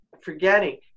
forgetting